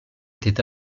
était